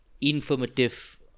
informative